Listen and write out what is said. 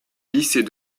lycée